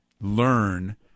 learn